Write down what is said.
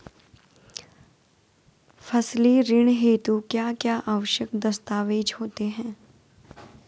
फसली ऋण हेतु क्या क्या आवश्यक दस्तावेज़ होते हैं?